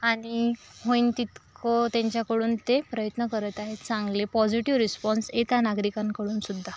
आणि होईन तितकं त्यांच्याकडून ते प्रयत्न करत आहेत चांगले पॉझिटिव्ह रिस्पॉन्स येता नागरिकांकडून सुद्धा